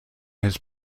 his